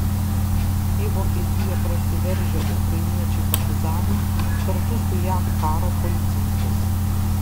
į vokietiją prasiveržę ukrainiečiai partizanai kartu su jav karo policininkais